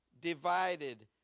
divided